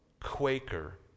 Quaker